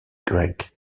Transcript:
grec